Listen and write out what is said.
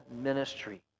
ministry